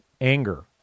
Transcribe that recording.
anger